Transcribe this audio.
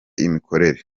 imikorere